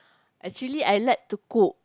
actually I like to cook